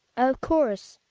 of course,